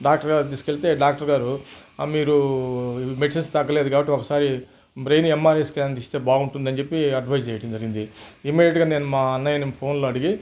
doctor గారి తీసుకెళితే doctor గారు మీరు మెడిసిన్స్ తగ్గలేదు కాబట్టి ఒకసారి బ్రెయిన్ ఎంఆర్ఐ స్కాన్ తీస్తే బాగుంటుందని చెప్పి అడ్వైజ్ చేయడం జరిగింది ఇమ్మీడియేట్గా నేను మా అన్నయ్యని ఫోన్లో అడిగి